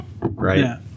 right